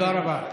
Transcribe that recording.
תודה רבה.